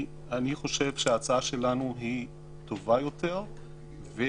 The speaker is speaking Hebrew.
אני חושב שההצעה שלנו היא טובה יותר ומחויבת.